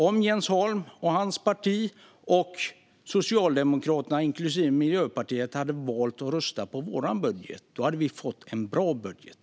Om Jens Holm och hans parti och Socialdemokraterna inklusive Miljöpartiet hade valt att rösta på vår budget hade vi fått en bra budget.